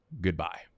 Goodbye